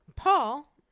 Paul